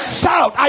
Shout